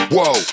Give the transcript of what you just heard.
Whoa